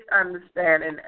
understanding